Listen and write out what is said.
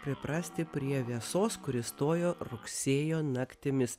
priprasti prie vėsos kuri stojo rugsėjo naktimis